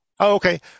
Okay